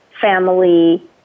family